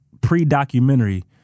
pre-documentary